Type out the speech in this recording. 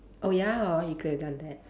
oh ya hor you could have done that